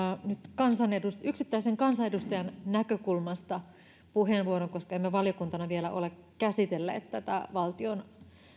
nyt kuitenkin yksittäisen kansanedustajan näkökulmasta puheenvuoron koska emme valiokuntana vielä ole käsitelleet tätä valtion